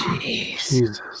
Jesus